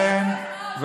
יש חקירות